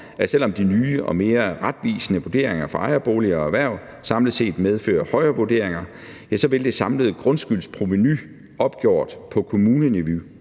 at selv om de nye og mere retvisende vurderinger for ejerboliger og erhverv samlet set medfører højere vurderinger, vil det samlede grundskyldsprovenu opgjort på kommuneniveau